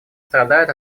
страдает